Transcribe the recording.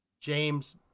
James